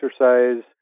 Exercise